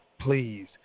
please